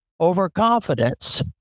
overconfidence